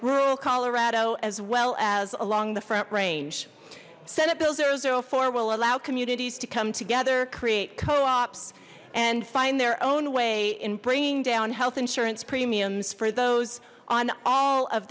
rural colorado as well as along the front range senate bill zero four will allow communities to come together create coops and find their own way in bringing down health insurance premiums for those on all of